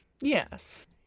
Yes